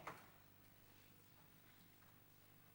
הרווחה והבריאות להמשך דיון.